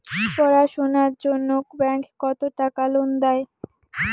পড়াশুনার জন্যে ব্যাংক কত টাকা লোন দেয়?